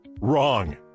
Wrong